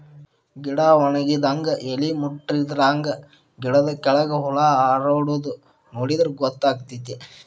ಗಿಡಾ ವನಗಿದಂಗ ಎಲಿ ಮುಟ್ರಾದಂಗ ಗಿಡದ ಕೆಳ್ಗ ಹುಳಾ ಹಾರಾಡುದ ನೋಡಿರ ಗೊತ್ತಕೈತಿ